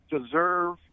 deserve